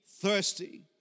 thirsty